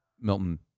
Milton